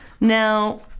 Now